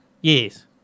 Yes